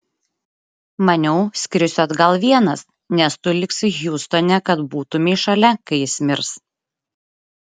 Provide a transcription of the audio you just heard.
maniau skrisiu atgal vienas nes tu liksi hjustone kad būtumei šalia kai jis mirs